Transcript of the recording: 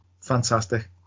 Fantastic